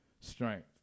strength